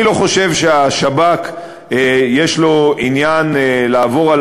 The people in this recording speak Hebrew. אני לא חושב שלשב"כ יש עניין לעבור על